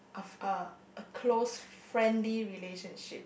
of a a close friendly relationship